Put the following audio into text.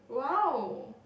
!wow!